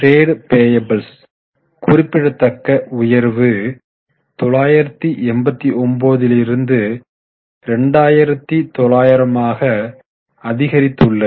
trade பேயபுள்ஸ்களில் குறிப்பிடத்தக்க உயர்வு 989 லிருந்து 2900 ஆக அதிகரித்துள்ளது